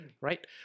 right